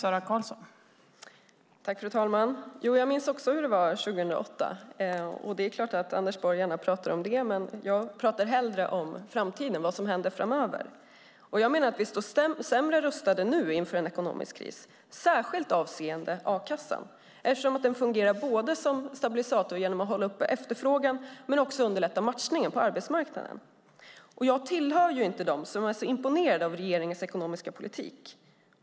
Fru talman! Jo, jag minns också hur det var 2008. Det är klart att Anders Borg gärna pratar om det, men jag pratar hellre om framtiden, vad som händer framöver. Jag menar att vi står sämre rustade nu inför en ekonomisk kris, särskilt avseende a-kassan, eftersom den fungerar som stabilisator genom att både hålla uppe efterfrågan och underlätta matchningen på arbetsmarknaden. Jag tillhör ju inte dem som är så imponerade av regeringens ekonomiska politik.